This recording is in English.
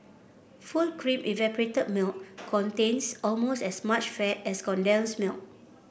full cream evaporated milk contains almost as much fat as condensed milk